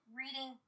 reading